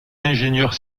ingénieurs